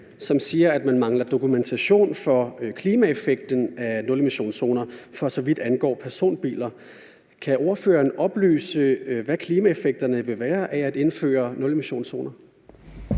som siger, at man mangler dokumentation for klimaeffekten af nulemissionszoner, for så vidt angår personbiler. Kan ordføreren oplyse, hvad klimaeffekterne vil være af at indføre nulemissionszoner?